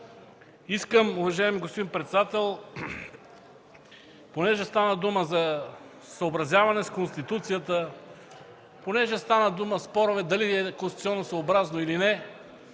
Уважаеми господин председател, понеже стана дума за съобразяване с Конституцията, понеже стана дума в спорове дали е конституционносъобразно или не.